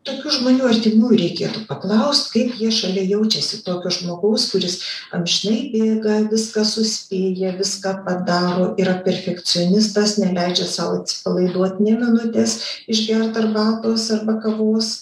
tokių žmonių artimųjų reikėtų paklaust kaip jie šalia jaučiasi tokio žmogaus kuris amžinai bėga viską suspėja viską padaro yra perfekcionistas neleidžia sau atsipalaiduot nė minutės išgert arbatos arba kavos